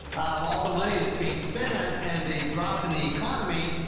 um, all the money that's being spent and the drop in the economy.